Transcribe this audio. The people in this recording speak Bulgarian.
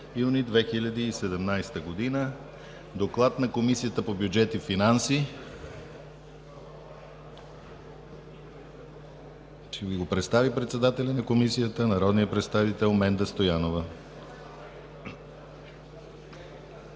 юни 2017 г. Има доклад на Комисията по бюджет и финанси. Ще Ви го представи председателят на Комисията народният представител Менда Стоянова.